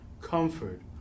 comfort